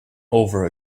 over